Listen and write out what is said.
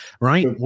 right